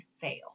fail